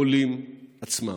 העולים עצמם.